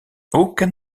aucun